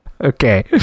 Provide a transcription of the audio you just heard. okay